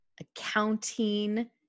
Accounting